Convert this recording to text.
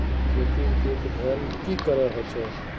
खेतीर देखभल की करे होचे?